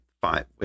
five